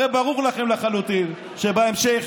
הרי ברור לכם לחלוטין שבהמשך